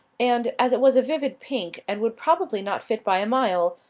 and, as it was a vivid pink and would probably not fit by a mile,